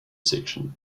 section